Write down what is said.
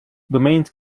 domains